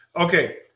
Okay